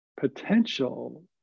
potential